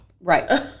Right